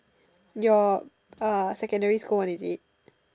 your uh secondary school one is it